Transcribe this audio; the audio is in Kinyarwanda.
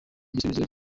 igisubizo